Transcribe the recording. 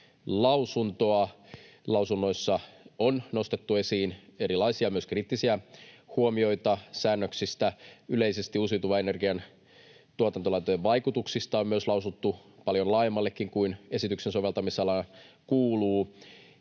Lausunnoissa on nostettu esiin erilaisia, myös kriittisiä, huomioita säännöksistä. Yleisesti uusiutuvan energian tuotantolaitosten vaikutuksista on myös lausuttu paljon laajemmallekin kuin esityksen soveltamisalaan kuuluu.